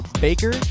Baker